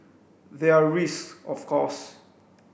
there are risks of course